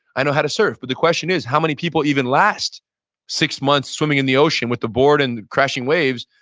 i know how to surf. but the question is, how many people even last six months swimming in the ocean with the board and the crashing waves.